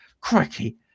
Crikey